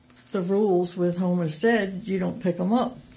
the rules with home instead, you don't pick em up.